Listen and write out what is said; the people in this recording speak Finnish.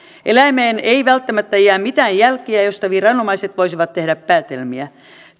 eläimeen ei välttämättä jää mitään jälkiä joista viranomaiset voisivat tehdä päätelmiä